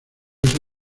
esa